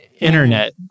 Internet